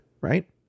right